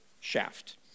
shaft